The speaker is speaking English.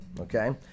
okay